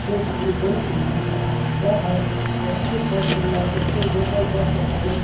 त्यो सगल्यो बऱ्यो सुविधा दितात त्या भायर प्रत्येक बस स्टॅण्डार प्रत्येक लोकल बस स्टाॅपाचेर